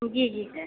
जी जी सर